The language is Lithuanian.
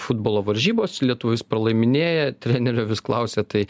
futbolo varžybos lietuvis pralaiminėja trenerio vis klausia tai